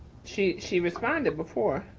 she she responded before.